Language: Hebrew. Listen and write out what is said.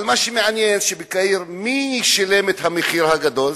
אבל מה שמעניין, בקהיר, מי שילם את המחיר הגדול?